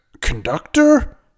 Conductor